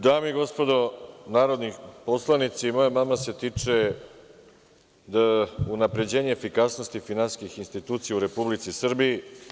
Dame i gospodo narodni poslanici, moj amandman se tiče unapređenja efikasnosti finansijskih institucija u Republici Srbiji.